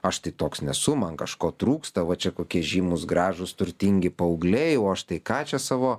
aš tai toks nesu man kažko trūksta va čia kokie žymūs gražūs turtingi paaugliai o štai ką čia savo